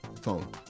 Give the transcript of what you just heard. phone